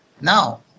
Now